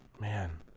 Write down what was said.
Man